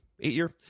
eight-year